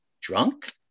drunk